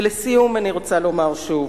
ולסיום אני רוצה לומר שוב: